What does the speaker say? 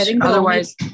otherwise